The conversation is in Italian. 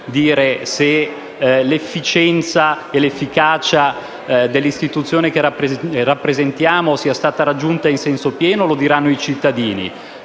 dire se l'efficienza e l'efficacia dell'istituzione che rappresentiamo sia stata raggiunta in senso pieno; lo diranno i cittadini.